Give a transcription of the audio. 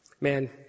man